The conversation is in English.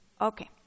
Okay